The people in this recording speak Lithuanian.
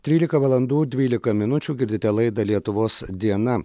trylika valandų dvylika minučių girdite laidą lietuvos diena